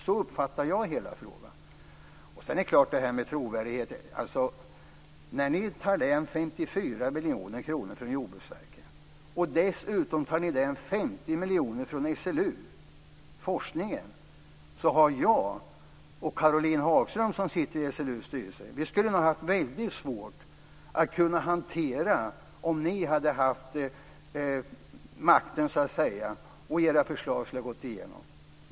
Så uppfattar jag situationen. Vad gäller trovärdigheten vill jag säga att ni vill ta bort 54 miljoner kronor från Jordbruksverket och dessutom 50 miljoner kronor från SLU:s forskning. Jag och Caroline Hagström, som sitter i SLU:s styrelse, skulle ha väldigt svårt att förklara detta, om era förslag hade gått igenom.